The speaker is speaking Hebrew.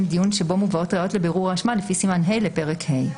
דיון שבו מובאות ראיות לבירור האשמה לפי סימן ה' לפרק ה'.